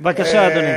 בבקשה, אדוני.